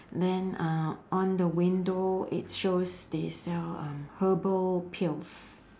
then uh on the window it shows they sell uh herbal pills